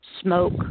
smoke